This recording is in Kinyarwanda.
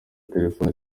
telephone